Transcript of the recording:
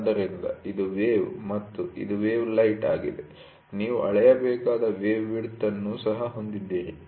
ಆದ್ದರಿಂದ ಇದು ವೇವ್ ಮತ್ತು ಇದು ವೇವ್ ಹೈಟ್ ಆಗಿದೆ ಮತ್ತು ನೀವು ಅಳೆಯಬೇಕಾದ ವೇವ್ ವಿಡ್ತ್ ಅನ್ನೂ ಸಹ ಹೊಂದಿದ್ದೀರಿ